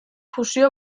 fusio